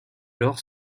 laure